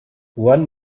one